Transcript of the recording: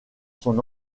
son